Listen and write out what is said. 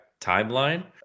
timeline